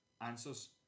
answers